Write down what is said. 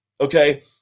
okay